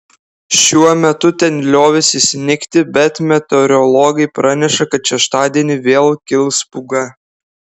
šiuo metu ten liovėsi snigti bet meteorologai praneša kad šeštadienį vėl kils pūga